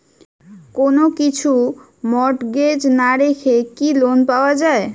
কোন কিছু মর্টগেজ না রেখে কি লোন পাওয়া য়ায়?